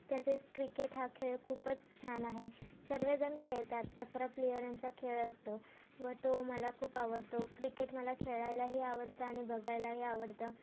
तसेच क्रिकेट हा खेळ खूपच छान आहे सर्वजण खेळतात अकरा प्लेअरांचा खेळ असतो व तो मला खूप आवडतो क्रिकेट मला खेळायलाही आवडतं आणि बघायलाही आवडतं